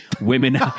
women